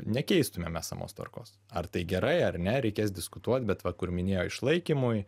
nekeistumėme esamos tvarkos ar tai gerai ar ne reikės diskutuoti bet va kur minėjo išlaikymui